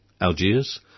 Algiers